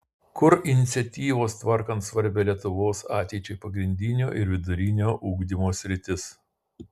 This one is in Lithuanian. kur iniciatyvos tvarkant svarbią lietuvos ateičiai pagrindinio ir vidurinio ugdymo sritis